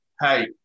hey